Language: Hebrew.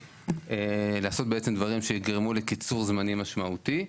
לעשות בעצם דברים שיגרמו לקיצור זמנים משמעותי.